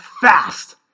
fast